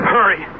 Hurry